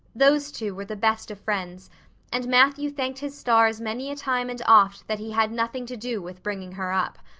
those two were the best of friends and matthew thanked his stars many a time and oft that he had nothing to do with bringing her up.